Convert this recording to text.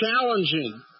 challenging